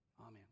Amen